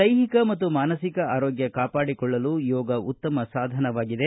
ದೈಹಿಕ ಮತ್ತು ಮಾನಸಿಕ ಆರೋಗ್ಯ ಕಾಪಾಡಿಕೊಳ್ಳಲು ಯೋಗ ಉತ್ತಮ ಸಾಧನವಾಗಿದೆ